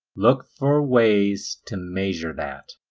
look for ways to measure that